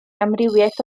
amrywiaeth